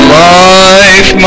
life